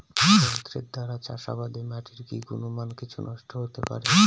যন্ত্রের দ্বারা চাষাবাদে মাটির কি গুণমান কিছু নষ্ট হতে পারে?